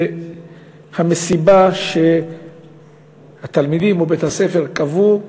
המסיבה שהתלמידים או בית-הספר קבעו,